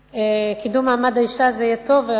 קידום מעמד האשה זה יהיה טוב?